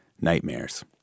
nightmares